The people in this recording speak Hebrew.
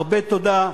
הרבה תודה.